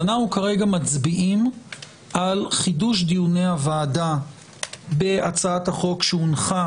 אז אנחנו כרגע מצביעים על חידוש דיוני הוועדה בהצעת החוק שהונחה